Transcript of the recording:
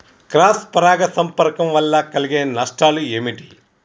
Cross పరాగ సంపర్కం వల్ల కలిగే నష్టాలు ఏమిటి?